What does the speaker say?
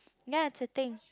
ya it's a thing